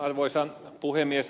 arvoisa puhemies